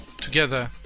together